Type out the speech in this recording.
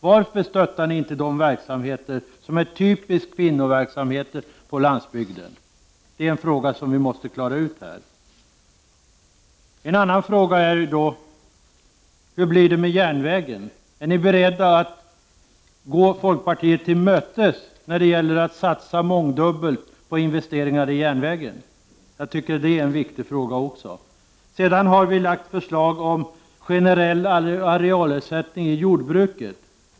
Varför stöttar ni inte de verksamheter som är typiska kvinnoverksamheter på landsbygden? Det är en fråga som vi måste klara ut. En annan fråga är: Hur blir det med järnvägen? Är ni beredda att gå folkpartiet till mötes när det gäller att satsa mångdubbelt på investeringar i järnvägen? Det är också en viktig fråga. Vi har lagt fram förslag om generell arealersättning i jordbruket.